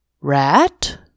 Rat